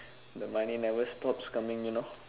the money never stops coming you know